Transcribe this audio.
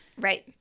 Right